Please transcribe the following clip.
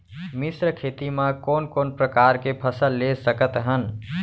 मिश्र खेती मा कोन कोन प्रकार के फसल ले सकत हन?